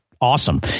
awesome